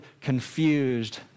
confused